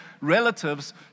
relatives